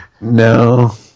No